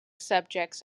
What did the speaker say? subjects